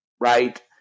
right